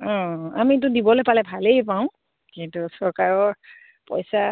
অঁ আমিতো দিবলৈ পালে ভালেই পাওঁ কিন্তু চৰকাৰৰ পইচা